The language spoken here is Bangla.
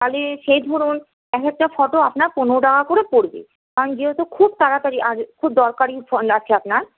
তাহলে সেই ধরুন একেকটা ফটো আপনার পনেরো টাকা করে পরবে কারণ যেহেতু খুব তাড়াতাড়ি আর খুব দরকারি লাগছে আপনার